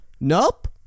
Nope